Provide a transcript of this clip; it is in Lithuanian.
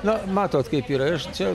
na matot kaip yra aš čia